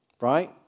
Right